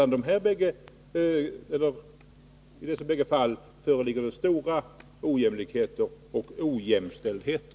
I dessa båda fall föreligger det stora ojämlikheter och ojämställdheter.